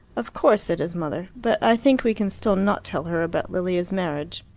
of course, said his mother. but i think we can still not tell her about lilia's marriage.